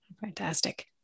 Fantastic